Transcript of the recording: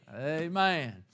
Amen